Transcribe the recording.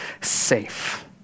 safe